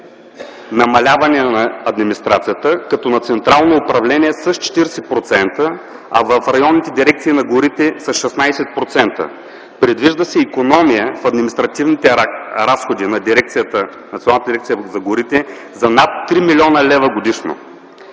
намаляване на администрацията на централно управление с 40%, а в районните дирекции на горите с 16%. Предвижда се икономия в административните разходи на Националната дирекция за горите за над 3 млн. лв. годишно.